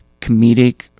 comedic